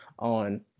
on